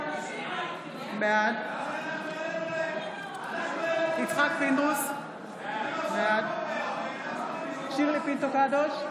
בעד יצחק פינדרוס, בעד שירלי פינטו קדוש,